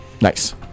Nice